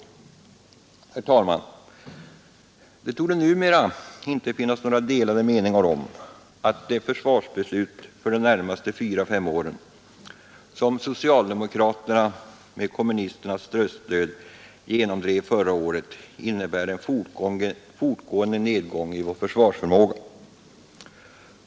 Herr talman! Det torde numera inte finnas några delade meningar om att det försvarsbeslut för de närmaste fyra fem åren som socialdemokraterna med kommunisternas röststöd genomdrev förra året innebär en fortgående nedgång i vår försvarsförmåga.